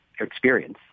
experience